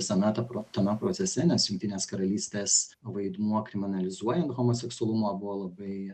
visame ta pro tame procese nes jungtinės karalystės vaidmuo kriminalizuojant homoseksualumą buvo labai